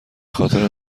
خاطر